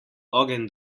ogenj